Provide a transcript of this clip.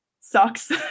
sucks